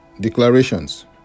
declarations